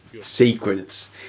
sequence